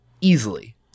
easily